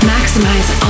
Maximize